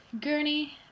gurney